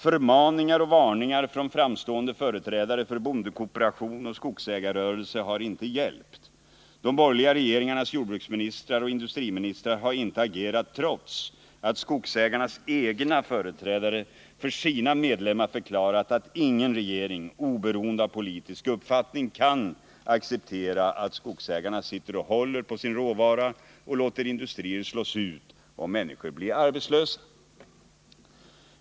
Förmaningar och varningar från framstående företrädare för bondekooperation och skogsägarrörelse har inte gällt. De borgerliga regeringarnas jordbruksministrar och industriministrar har inte agerat, trots att skogsägarnas egna företrädare för sina medlemmar förklarat att ingen regering oberoende av politisk uppfattning kan acceptera att skogsägarna sitter och håller på sin råvara, låter industrier slås ut och människor bli arbetslösa.